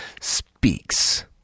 speaks